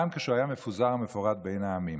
גם כשהוא היה מפוזר ומפורד בין העמים.